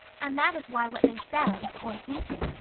and that is why what they said, or hinted,